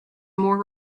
more